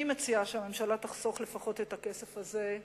אני מציעה שהממשלה תחסוך לפחות את הכסף הזה,